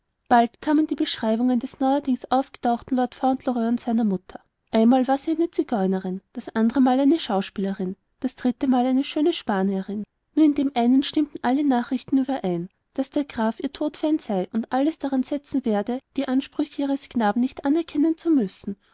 dann kamen die beschreibungen des neuerdings aufgetauchten lord fauntleroy und seiner mutter einmal war sie eine zigeunerin das andre mal eine schauspielerin das dritte mal eine schöne spanierin nur in dem einen stimmten alle nachrichten überein daß der graf ihr todfeind sei und alles daran setzen werde die ansprüche ihres knaben nicht anerkennen zu müssen